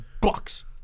Bucks